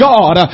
God